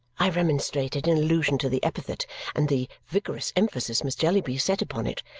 i remonstrated, in allusion to the epithet and the vigorous emphasis miss jellyby set upon it.